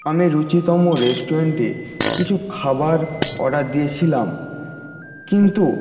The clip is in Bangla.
আমি রুচিতম রেস্টুরেন্টে কিছু খাবার অর্ডার দিয়েছিলাম কিন্তু